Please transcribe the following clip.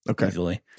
Okay